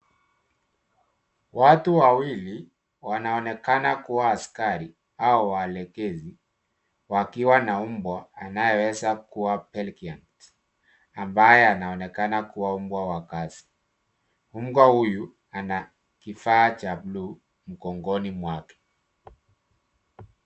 Watu wawili wanaoonekana kuwa askari au waelekezi wakuwa na mbwa anayeweza kuwa, peregrine, ambaye anaonekana kuwa mbwa wa kazi. Mbwa huyu ana kifaa cha bluu mgongoni mwake.